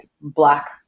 black